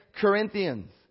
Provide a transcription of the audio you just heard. Corinthians